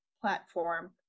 platform